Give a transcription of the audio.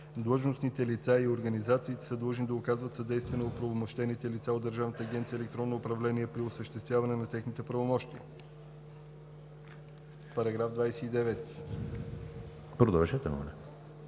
длъжностните лица и организациите са длъжни да оказват съдействие на оправомощените лица от Държавна агенция „Електронно управление“ при осъществяване на техните правомощия.“ По § 29 има предложение от